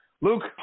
Luke